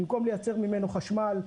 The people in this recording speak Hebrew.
במקום לייצר ממנו חשמל,